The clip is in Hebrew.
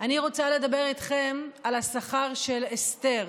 אני רוצה לדבר איתכם על השכר של אסתר.